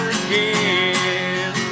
again